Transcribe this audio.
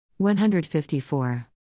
154